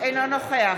אינו נוכח